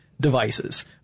devices